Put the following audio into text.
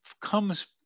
comes